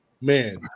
Man